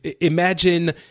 imagine